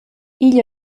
igl